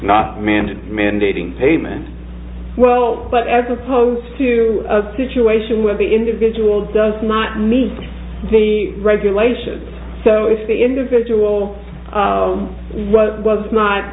not man to mandating payment well but as opposed to a situation where the individual does not meet the regulation so if the individual what was not